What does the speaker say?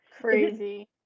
crazy